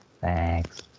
Thanks